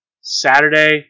saturday